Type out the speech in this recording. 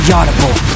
audible